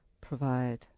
provide